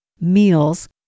meals